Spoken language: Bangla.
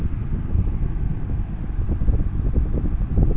এই ব্যাংক একাউন্ট থাকি কি অন্য কোনো ব্যাংক একাউন্ট এ কি টাকা পাঠা যাবে?